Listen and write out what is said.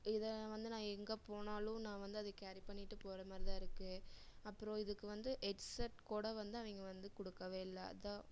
இதை வந்து நான் எங்கே போனாலும் நான் வந்து அதை கேரி பண்ணிட்டு போகிற மாதிரி தான் இருக்குது அப்புறம் இதுக்கு வந்து எட் செட் கூட வந்து அவங்க வந்து கொடுக்கவே இல்லை அதான்